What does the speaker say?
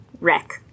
Wreck